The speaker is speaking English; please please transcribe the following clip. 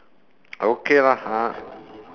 okay lah ah